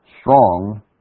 strong